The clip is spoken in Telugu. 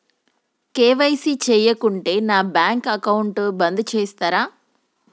కే.వై.సీ చేయకుంటే నా బ్యాంక్ అకౌంట్ బంద్ చేస్తరా?